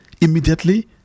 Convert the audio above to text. immediately